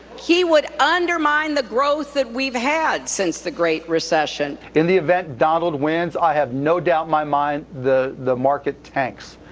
he would undermine the growth that we've had since the great recession. in the event donald wins, i have no doubt my mind the the market tanks.